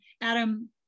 Adam